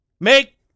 Make